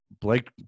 Blake